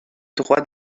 droits